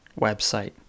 website